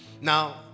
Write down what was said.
Now